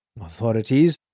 Authorities